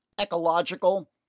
ecological